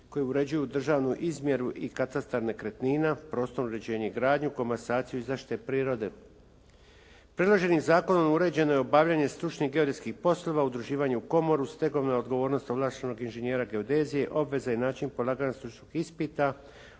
koji uređuju državnu izmjeru i katastar nekretnina, prostorno uređenje i gradnju, komasaciju i zaštitu prirode. Predloženim zakonom uređeno je obavljanje stručnih geodetskih poslova, udruživanje u komoru, stegovnu odgovornost ovlaštenog inženjera geodezije, obveze i način polaganja stručnog ispita,